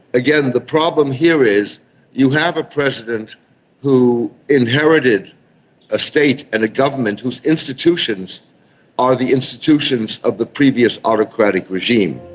again, the problem here is you have a president who inherited a state and a government whose institutions are the institutions of the previous autocratic regime.